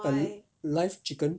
a live chicken